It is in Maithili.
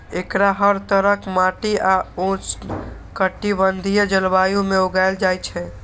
एकरा हर तरहक माटि आ उष्णकटिबंधीय जलवायु मे उगायल जाए छै